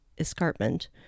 Escarpment